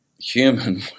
human